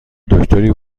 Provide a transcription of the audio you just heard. دکتری